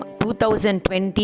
2020